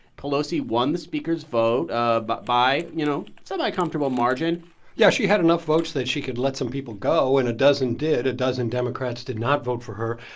pelosi won the speaker's vote ah but by, you know, so somewhat comfortable margin yeah. she had enough votes that she could let some people go. and a dozen did. a dozen democrats did not vote for her.